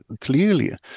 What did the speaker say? clearly